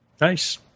Nice